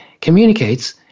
communicates